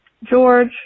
george